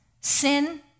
Sin